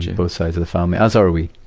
both sides of the family, as are we.